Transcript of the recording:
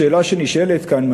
השאלה שנשאלת כאן היא,